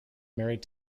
married